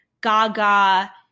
Gaga